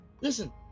listen